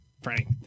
Frank